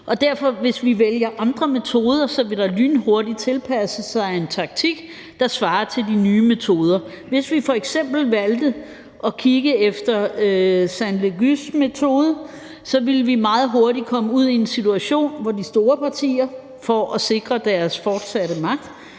hvis vi vælger andre metoder, lynhurtigt tilpasse sig en taktik, der svarer til de nye metoder. Hvis vi f.eks. valgte at bruge Sainte-Laguës metode, ville vi meget hurtigt komme ud i en situation, hvor de store partier for at sikre deres fortsatte magt,